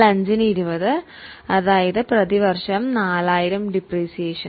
20000 divided by 5 അതായത് പ്രതിവർഷം 4000 depreciation